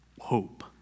hope